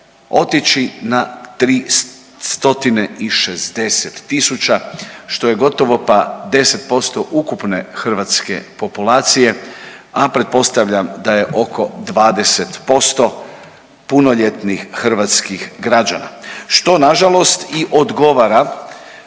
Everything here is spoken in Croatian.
na 360 tisuća, što je gotovo pa 10% ukupne hrvatske populacije, a pretpostavljam da je oko 20% punoljetnih hrvatskih građana, što nažalost i odgovara